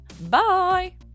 Bye